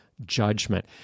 judgment